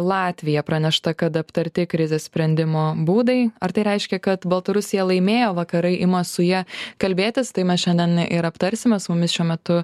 latvija pranešta kad aptarti krizės sprendimo būdai ar tai reiškia kad baltarusija laimėjo vakarai ima su ja kalbėtis tai mes šiandien ir aptarsime su mumis šiuo metu